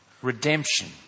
Redemption